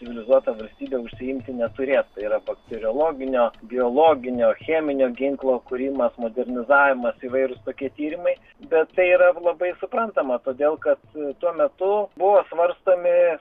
civilizuota valstybė užsiimti neturėtų tai yra bakteriologinio biologinio cheminio ginklo kūrimas modernizavimas įvairūs tokie tyrimai bet tai yra labai suprantama todėl kad tuo metu buvo svarstomi